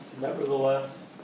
Nevertheless